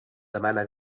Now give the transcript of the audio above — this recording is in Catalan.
demana